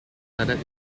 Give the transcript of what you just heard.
added